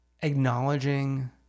acknowledging